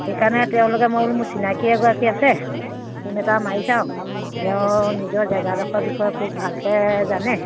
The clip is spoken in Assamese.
সেইকাৰণে তেওঁলোকে মই বোলো মোৰ চিনাকি এগৰাকী আছে ফোন এটা মাৰি চাওঁ তেওঁ নিজৰ জেগাডোখৰৰ বিষয়ে খুব ভালকৈ জানে